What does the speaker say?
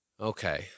Okay